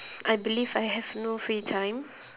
I believe I have no free time